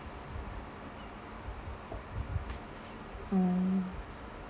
mm